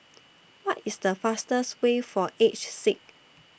What IS The fastest Way For Aged Sick